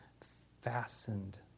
fastened